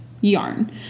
yarn